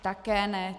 Také ne.